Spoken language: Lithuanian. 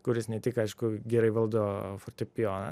kuris ne tik aišku gerai valdo fortepijoną